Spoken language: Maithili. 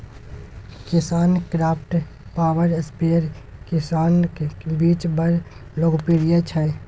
किसानक्राफ्ट पाबर स्पेयर किसानक बीच बड़ लोकप्रिय छै